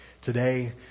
today